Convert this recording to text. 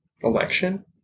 election